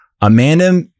Amanda